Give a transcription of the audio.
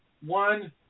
one